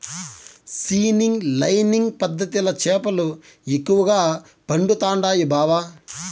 seining lining పద్ధతిల చేపలు ఎక్కువగా పడుతండాయి బావ